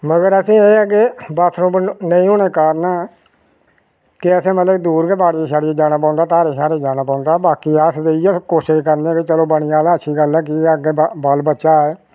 मगर असें एह् ऐ के बाथरूम नेईं होने कारण की असें मतलब दूर के बाड़िया शाड़िया जाना पौंदा धारें शारें जाना पौंदा बाकी अस इयै कोशिश करने आं कि चलो बनी जा ते अच्छी गल्ल ऐ की के अग्गै बाल बच्चा ऐ